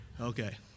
Okay